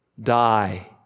Die